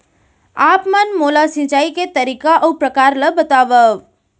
आप मन मोला सिंचाई के तरीका अऊ प्रकार ल बतावव?